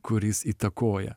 kuris įtakoja